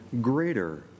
greater